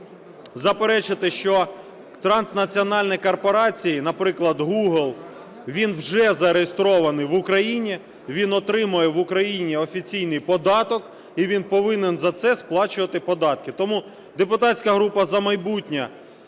заперечити, що транснаціональні корпорації, наприклад Google, він вже зареєстрований в Україні, він отримує в Україні офіційний податок і він повинен за це сплачувати податки. Тому депутатська група "За майбутнє"